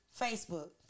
Facebook